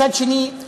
מצד שני,